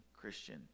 Christian